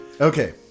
Okay